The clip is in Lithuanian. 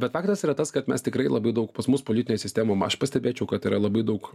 bet faktas yra tas kad mes tikrai labai daug pas mus politinėj sistemoj aš pastebėčiau kad yra labai daug